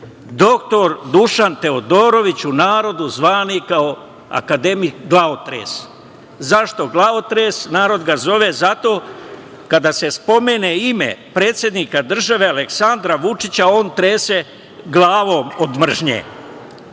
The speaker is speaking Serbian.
dr Dušan Teodorović u narodu zvani kao akademik glavotres. Zašto glavotres? Narod ga zove zato kada se spomene ime predsednika države Aleksandra Vučića, on trese glavom od mržnje. Ta